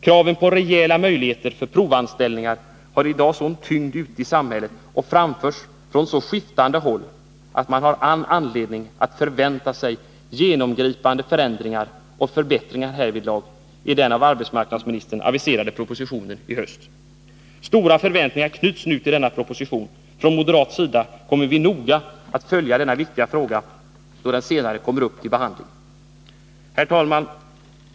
Kraven på rejäla möjligheter för provanställningar har i dag sådan tyngd ute i samhället och framförs från så skiftande håll att man har all anledning att förvänta sig genomgripande förändringar och förbättringar härvidlag iden av arbetsmarknadsministern aviserade propositionen till hösten. Stora förväntningar knyts nu till denna proposition — från moderat sida kommer vi noga att följa denna viktiga fråga då den senare kommer upp för behandling. Herr talman!